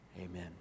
amen